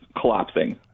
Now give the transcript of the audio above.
collapsing